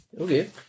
Okay